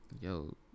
yo